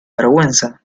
vergüenza